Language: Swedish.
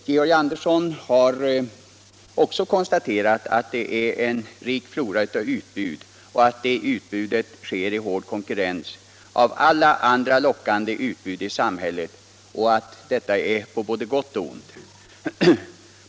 Herr Andersson har också konstaterat att det är en rik flora av utbud av idrottsoch motionsaktiviteter och att utbuden sker i hård konkurrens med alla andra lockande utbud i samhället. Denna utveckling är på både gott och ont.